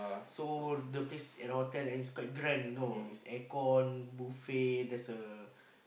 so the place is at hotel and is quite grand you know is air con buffet there's a